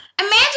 Imagine